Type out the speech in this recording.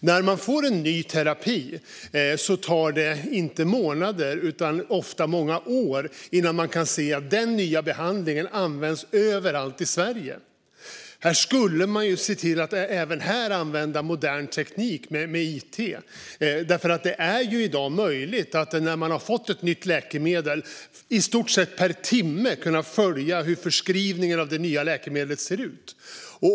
När man får en ny terapi tar det inte månader utan ofta många år innan den nya behandlingen används överallt i Sverige. Även här kan modern teknik användas, till exempel it. Det är möjligt att i stort sett per timme följa hur förskrivningen av ett nytt läkemedel ser ut.